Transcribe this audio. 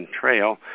Trail